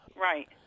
Right